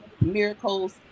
miracles